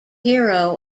hero